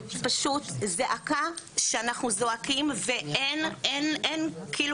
זה פשוט זעקה שאנחנו זועקים ואין כאילו